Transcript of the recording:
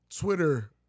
Twitter